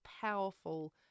powerful